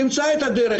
תמצא את הדרך.